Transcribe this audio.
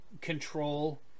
control